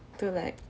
to like